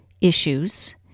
issues